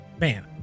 man